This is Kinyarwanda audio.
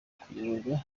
kuyoborwa